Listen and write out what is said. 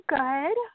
good